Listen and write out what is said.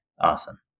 Awesome